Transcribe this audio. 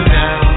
now